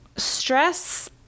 Stress